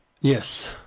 Yes